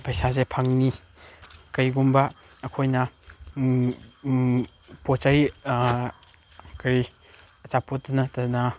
ꯄꯩꯁꯥꯁꯦ ꯐꯪꯏ ꯀꯔꯤꯒꯨꯝꯕ ꯑꯩꯈꯣꯏꯅ ꯄꯣꯠ ꯆꯩ ꯀꯔꯤ ꯑꯆꯥꯄꯣꯠꯇꯨ ꯅꯠꯇꯅ